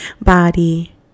body